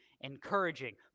encouraging